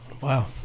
Wow